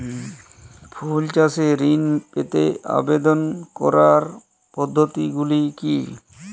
ফুল চাষে ঋণ পেতে আবেদন করার পদ্ধতিগুলি কী?